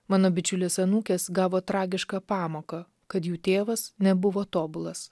mano bičiulės anūkės gavo tragišką pamoką kad jų tėvas nebuvo tobulas